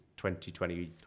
2020